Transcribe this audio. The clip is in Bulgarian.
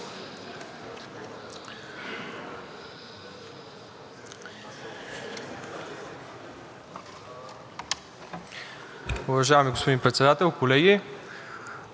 Уважаеми господин Председател, колеги!